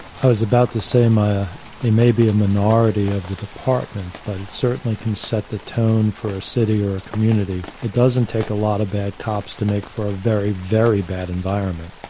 i was about to say, maya may be a minority of the department, but it certainly can set the tone for a city or a community. it doesn't take a lot of bad cops to make for a very, very bad environment.